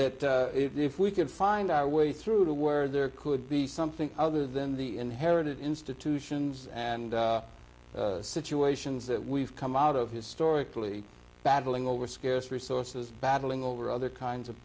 that if we could find our way through were there could be something other than the inherited institutions and situations that we've come out of historically battling over scarce resources battling over other kinds of